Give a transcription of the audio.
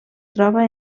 troba